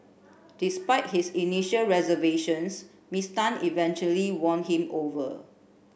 despite his initial reservations Miss Tan eventually won him over